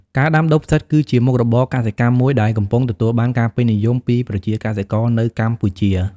ការដាំដុះផ្សិត គឺជាមុខរបរកសិកម្មមួយដែលកំពុងទទួលបានការពេញនិយមពីប្រជាកសិករនៅកម្ពុជា។